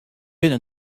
binne